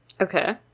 Okay